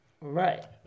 Right